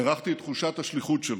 הערכתי את תחושת השליחות שלו,